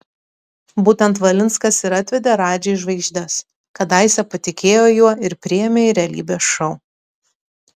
būtent valinskas ir atvedė radži į žvaigždes kadaise patikėjo juo ir priėmė į realybės šou